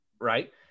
right